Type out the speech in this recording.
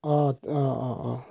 অঁ অঁ অঁ অঁ